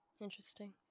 Interesting